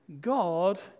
God